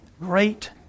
great